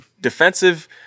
defensive